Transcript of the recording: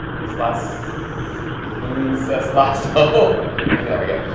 his loss he says lot ok your area